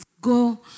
go